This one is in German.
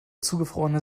zugefrorene